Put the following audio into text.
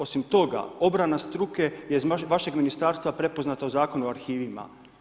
Osim toga, obrana struke je iz vašeg ministarstva prepoznato u Zakonu o arhivima.